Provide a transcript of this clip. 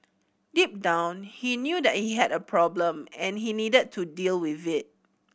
deep down he knew that he had a problem and he needed to deal with it